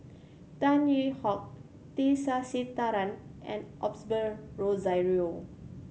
Tan Hwee Hock T Sasitharan and Osbert Rozario